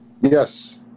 Yes